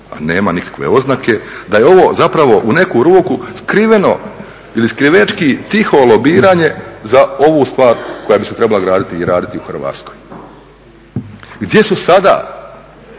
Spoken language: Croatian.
a nema nikakve oznake, da je ovo zapravo u neku ruku skriveno ili skrivećki tiho lobiranje za ovu stvar koja bi se trebala graditi u Hrvatskoj. Gdje je sad